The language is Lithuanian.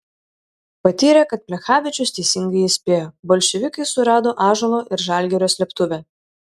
patyrė kad plechavičius teisingai įspėjo bolševikai surado ąžuolo ir žalgirio slėptuvę